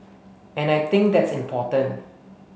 and I think that's important